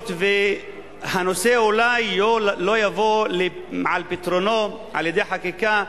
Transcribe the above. הנושא אולי לא יבוא על פתרונו על-ידי חקיקה,